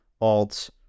alt